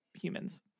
humans